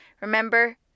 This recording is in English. remember